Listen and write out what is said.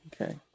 Okay